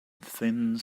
thin